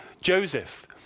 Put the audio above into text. Joseph